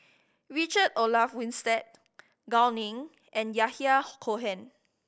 Richard Olaf Winstedt Gao Ning and Yahya Cohen